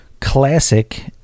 classic